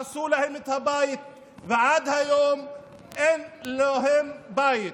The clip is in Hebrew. הרסו להם את הבית, ועד היום אין להם בית.